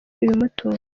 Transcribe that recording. ibimutunga